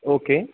okay